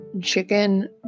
chicken